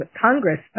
Congress